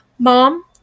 Mom